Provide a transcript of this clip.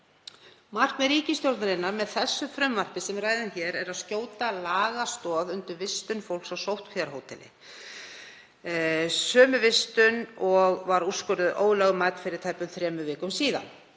Markmið ríkisstjórnarinnar með frumvarpinu sem við ræðum hér er að skjóta lagastoð undir vistun fólks á sóttkvíarhóteli, sömu vistun og var úrskurðuð ólögmæt fyrir tæpum þremur vikum.